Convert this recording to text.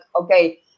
okay